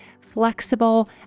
flexible